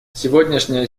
сегодняшняя